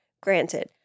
granted